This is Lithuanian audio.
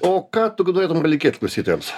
o ką tu gal norėtum palinkėt klausytojams